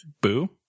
Boo